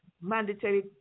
mandatory